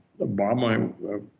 Obama